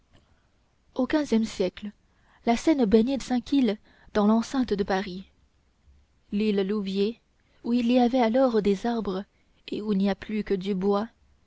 au quinzième siècle la seine baignait cinq îles dans l'enceinte de paris l'île louviers où il y avait alors des arbres et où il n'y a plus que du bois